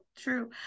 true